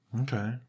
Okay